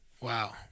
Wow